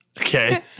Okay